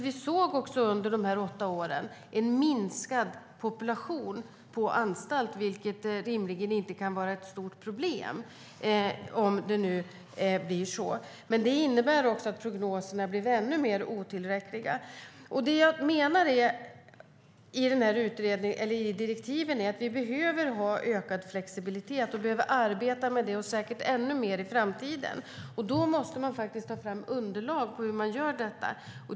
Vi såg också under de här åtta åren en minskad population på anstalt, vilket rimligen inte kan vara ett stort problem. Men det innebar också att prognoserna blev ännu mer otillräckliga. I direktiven till utredningen behöver vi ha ökad flexibilitet. Vi behöver säkert arbeta med detta ännu mer i framtiden. Då måste man ta fram underlag för hur man gör detta.